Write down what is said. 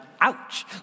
Ouch